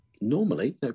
normally